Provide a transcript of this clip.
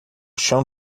chão